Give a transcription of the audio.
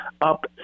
up